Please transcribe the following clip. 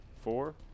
four